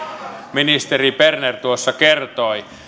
ministeri berner tuossa kertoi